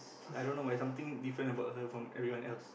i don't know like something different about her from everyone else